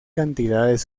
cantidades